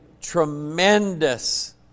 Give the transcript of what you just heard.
tremendous